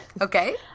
Okay